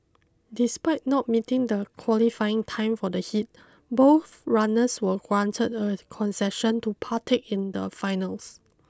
despite not meeting the qualifying time for the heat both runners were granted a concession to partake in the finals